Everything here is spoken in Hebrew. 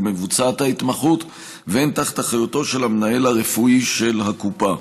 מבוצעת ההתמחות והן תחת אחריותו של המנהל הרפואי של הקופה.